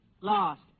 Lost